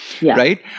Right